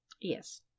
Yes